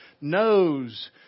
knows